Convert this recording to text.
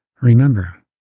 Remember